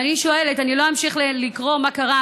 אני לא אמשיך לקרוא מה קרה,